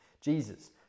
Jesus